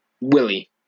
Willie